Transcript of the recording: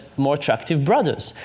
more attractive brothers?